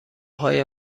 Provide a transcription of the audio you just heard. های